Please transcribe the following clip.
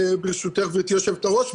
ברשותך גבירתי יושבת-הראש.